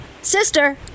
sister